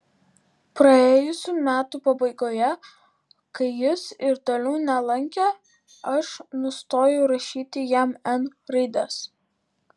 praėjusių metų pabaigoje kai jis ir toliau nelankė aš nustojau rašyti jam n raides